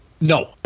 No